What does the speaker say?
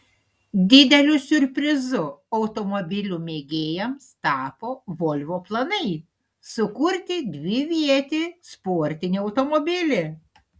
dideliu siurprizu automobilių mėgėjams tapo volvo planai sukurti dvivietį sportinį automobilį